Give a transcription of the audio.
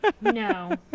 no